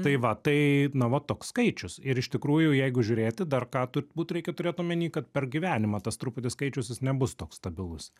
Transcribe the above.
tai va tai na va toks skaičius ir iš tikrųjų jeigu žiūrėti dar ką turbūt reikia turėt omeny kad per gyvenimą tas truputį skaičius jis nebus toks stabilus